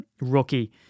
rookie